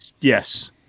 yes